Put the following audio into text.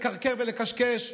לקרקר ולקשקש,